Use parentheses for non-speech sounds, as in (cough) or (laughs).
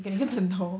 (laughs)